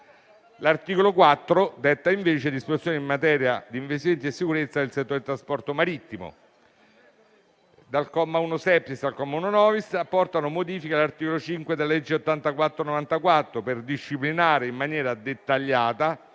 L'articolo 4 detta invece disposizioni in materia di investimenti e sicurezza nel settore del trasporto marittimo. I commi dall'1-*septies* all'1-*novies* apportano modifiche all'articolo 5 della legge n. 84 del 1994, per disciplinare in maniera dettagliata